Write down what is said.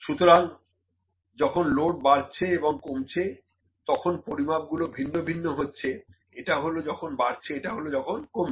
সুতরাং যখন লোড বাড়ছে এবং কমছে তখন পরিমাপগুলো ভিন্ন ভিন্ন হচ্ছে এটা হল যখন বাড়ছে এটা হল যখন কমছে